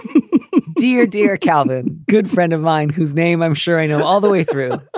dear, dear calvin, good friend of mine, whose name i'm sure i know all the way through.